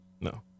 No